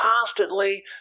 constantly